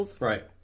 Right